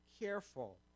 careful